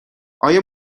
آیا